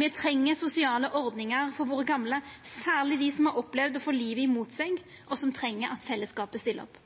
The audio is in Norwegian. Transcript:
Me treng sosiale ordningar for våre gamle, særleg dei som har opplevd å få livet mot seg, og som treng at fellesskapet stiller opp.